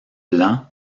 blanc